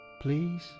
Please